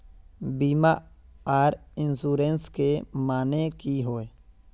बीमा आर इंश्योरेंस के माने की होय?